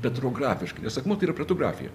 petrografiškai nes akmuo tai yra pertografija